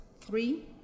three